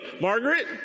margaret